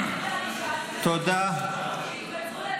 אני שאלתי, תודה.